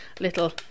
little